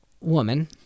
Woman